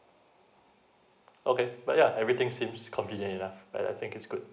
okay but yeah everything seems convenient enough I I think it's good